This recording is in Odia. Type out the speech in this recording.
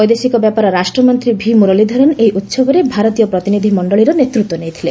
ବୈଦେଶିକ ବ୍ୟାପାର ରାଷ୍ଟ୍ରମନ୍ତ୍ରୀ ଭି ମୁରଲିଧରନ୍ ଏହି ଉହବରେ ଭାରତୀୟ ପ୍ରତିନିଧି ମଞ୍ଜଳୀର ନେତୃତ୍ୱ ନେଇଥିଲେ